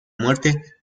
muerte